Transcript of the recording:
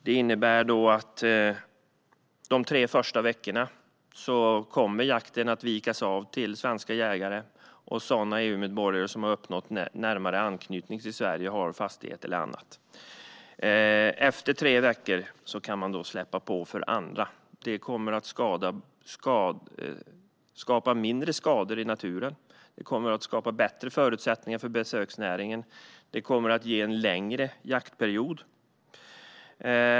Det innebär att de tre första veckorna kommer jakten att vikas för svenska jägare och sådana EU-medborgare som har uppnått närmare anknytning till Sverige, har fastighet eller annat. Efter tre veckor kan man släppa på för andra. Det kommer att skapa mindre skador i naturen, ge bättre förutsättningar för besöksnäringen och ge en längre jaktperiod.